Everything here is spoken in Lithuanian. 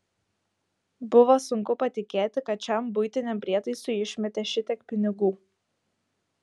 buvo sunku patikėti kad šiam buitiniam prietaisui išmetė šitiek pinigų